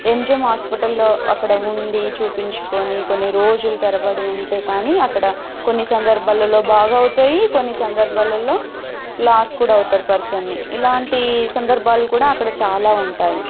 MGM హాస్పిటల్లో అక్కడ ఉండి చూపించుకోని కొన్ని రోజులు తరబడి ఉంటే గానీ అక్కడ కొన్ని సందర్భాలలో బాగవుతాయి కొన్ని సందర్భాలలో లాస్ కూడా అవుతారు పర్సన్ని ఇలాంటీ సందర్భాలు కూడా అక్కడ చాలా ఉంటాయి